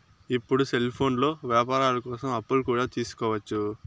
ఇప్పుడు సెల్ఫోన్లో వ్యాపారాల కోసం అప్పులు కూడా తీసుకోవచ్చు